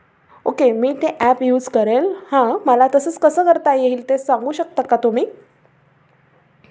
okay मी ते app use करेल हां मला तसंच कसं करता येईल ते सांगू शकता का तुम्ही